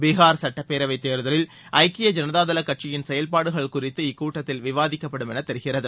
பீகார் சட்டப்பேரவைதேர்தலில் ஐக்கிய ஐனதாதளகட்சியின் செயல்பாடுகள் குறித்து இக்கூட்டத்தில் விவாதிக்கப்படும் என்றுதெரிகிறது